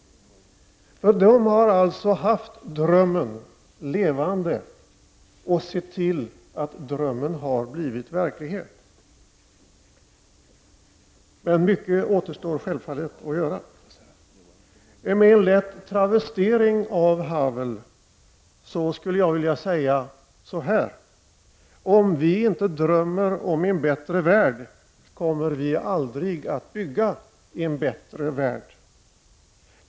Dessa människor har haft drömmen levande och sett till att drömmen har blivit verklighet. Men mycket återstår självfallet att göra. Med en lätt travestering av Vaclav Havel skulle jag vilja säga följande: Om vi inte drömmer om en bättre värld, kommer vi aldrig att bygga en bättre värld.